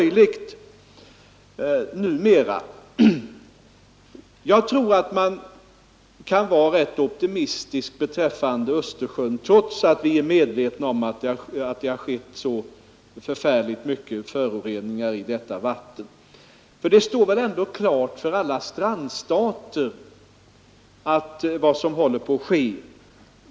Jag tror att vi kan vara rätt optimistiska beträffande Östersjön trots att det har släppts ut förfärligt mycket föroreningar i detta vatten. För det står väl ändå klart för alla strandstater vad som håller på att ske.